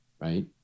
right